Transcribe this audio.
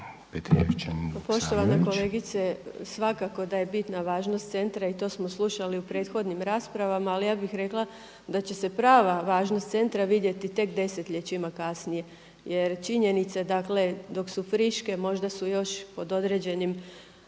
Irena (HDZ)** Pa poštovana kolegice svakako da je bitna važnost centra i to smo slušali u prethodnim raspravama, ali ja bih rekla da će se prava važnost centra vidjeti tek desetljećima kasnije jer činjenice dok su friške možda su još pod određenim